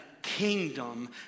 kingdom